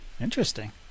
Interesting